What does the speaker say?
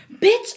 Bitch